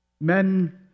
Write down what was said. Men